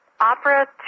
opera